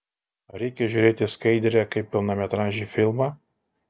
ar reikia žiūrėti skaidrę kaip pilnametražį filmą